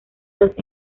los